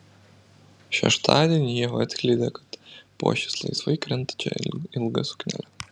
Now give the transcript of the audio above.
šeštadienį ieva atskleidė kad puošis laisvai krentančia ilga suknele